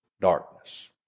darkness